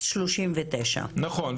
39. נכון,